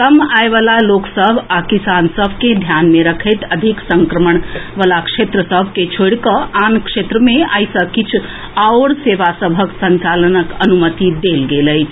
कम आय वला लोक सभ आ किसान सभ के ध्यान मे रखैत अधिक संक्रमण वला क्षेत्र सभ के छोड़ि कऽ आन क्षेत्र मे आइ सँ किछु आओर सेवा सभक संचालनक अनुमति देल गेल अछि